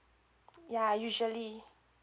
ya usually